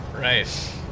Right